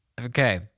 Okay